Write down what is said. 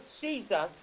Jesus